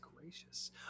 gracious